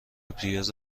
پیاز